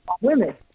Women